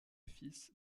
fils